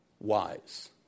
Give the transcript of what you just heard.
wise